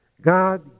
God